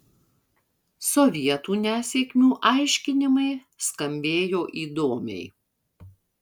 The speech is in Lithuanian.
sovietų nesėkmių aiškinimai skambėjo įdomiai